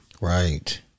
Right